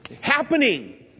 happening